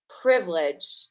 privilege